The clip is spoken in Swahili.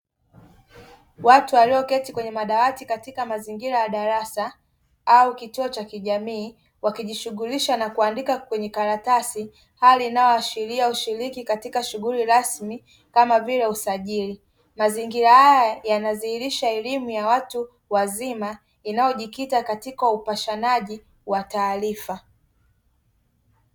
Watu walioketi kwenye madawati katika mazingira ya darasa au kituo cha kijamii wakijishughulisha na kuandika kwenye karatasi, hali inayoashiria ushiriki katika shughuli rasmi kama vile usajili. Mazingira haya yana dhihirisha elimu ya watu wazima inayojikita katika upashanaji wa taarifa.